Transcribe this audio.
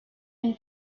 une